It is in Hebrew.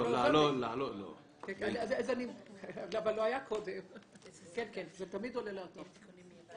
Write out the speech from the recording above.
זה תמיד עולה לאתר.